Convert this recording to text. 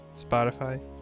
Spotify